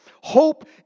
Hope